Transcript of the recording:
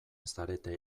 zarete